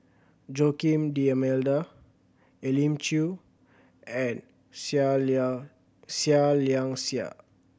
Joaquim D'Almeida Elim Chew and Seah Liang Seah Liang Seah